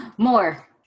More